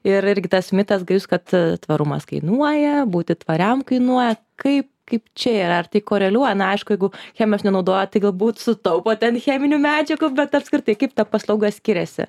ir irgi tas mitas gajus kad tvarumas kainuoja būti tvariam kainuoja kai kaip čia yra ar tai koreliuoja na aišku jeigu chemijos nenaudojat tai galbūt sutaupot ant cheminių medžiagų bet apskritai kaip ta paslauga skiriasi